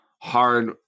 hard